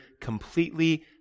completely